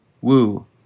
Woo